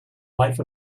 life